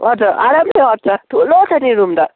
हजुर आरामले अँट्छ ठुलो छ नि रुम त